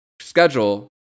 schedule